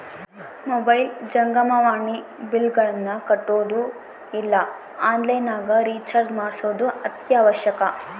mobile ಜಂಗಮವಾಣಿ ಬಿಲ್ಲ್ಗಳನ್ನ ಕಟ್ಟೊದು ಇಲ್ಲ ಆನ್ಲೈನ್ ನಗ ರಿಚಾರ್ಜ್ ಮಾಡ್ಸೊದು ಅತ್ಯವಶ್ಯಕ